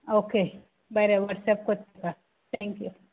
okay बरें WhatsApp कोत्ता तुका थेंक यू